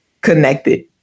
connected